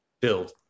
Build